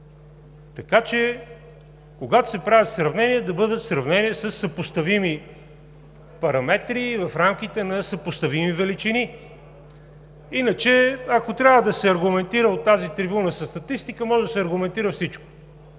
така че, когато се правят сравнения, да бъдат сравнения със съпоставими параметри и в рамките на съпоставими величини. Иначе, ако трябва да се аргументира от тази трибуна със статистика, може да се аргументира всичко,